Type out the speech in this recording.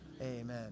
Amen